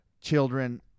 children